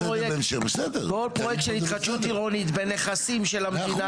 כל פרויקט של התחדשות עירונית בנכסים של המדינה